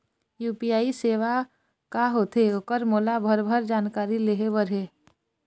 UPI सेवा का होथे ओकर मोला भरभर जानकारी लेहे बर हे?